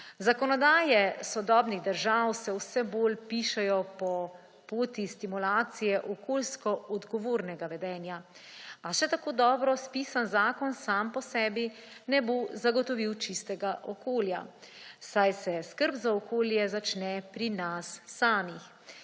Zakonodaje sodobnih držav se vse bolj pišejo po poti stimulacije okoljsko odgovornega vedenja, a še tako dobro spisan zakon sam po sebi ne bo zagotovil čistega okolja, saj se skrb za okolje začne pri nas samih.